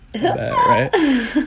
right